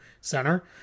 center